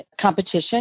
competition